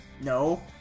No